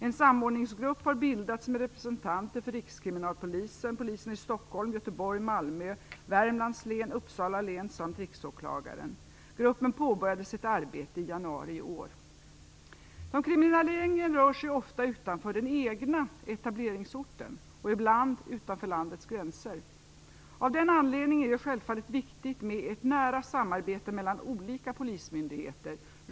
En samordningsgrupp har bildats med representanter för Rikskriminalpolisen, polisen i Stockholm, Göteborg, Malmö, Gruppen påbörjade sitt arbete i januari i år. De kriminella gängen rör sig ofta utanför den egna etableringsorten och ibland utanför landets gränser. Av den anledningen är det självfallet viktigt med ett nära samarbete mellan olika polismyndigheter.